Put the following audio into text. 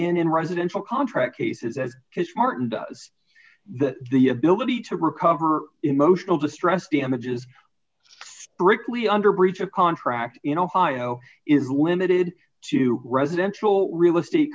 in in residential contract cases as has martin does that the ability to recover emotional distress damages brickley under breach of contract in ohio is limited to residential real estate